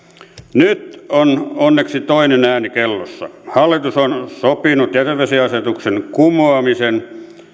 nyt on onneksi toinen ääni kellossa hallitus on sopinut jätevesiasetuksen kumoamisesta